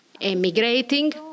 emigrating